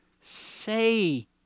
say